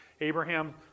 Abraham